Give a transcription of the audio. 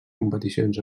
competicions